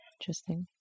Interesting